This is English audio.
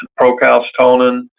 procalcitonin